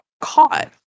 caught